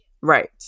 right